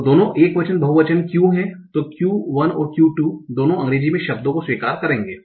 तो दोनों एकवचन बहुवचन Q हैं तो Q 1 और Q 2 दोनों अंग्रेजी में शब्दों को स्वीकार करेंगे